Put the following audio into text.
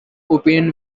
opinion